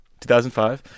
2005